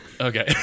okay